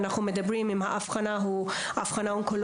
אנחנו מדברים האם האבחנה היא אונקולוגית,